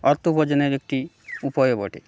অর্থ উপার্জনের একটি উপায় ও বটে